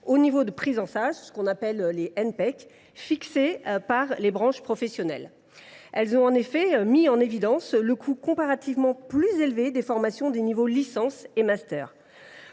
au niveau de prise en charge (NPEC) fixé par les branches professionnelles. Les inspections ont en effet mis en évidence le coût comparativement plus élevé des formations de niveaux licence et master.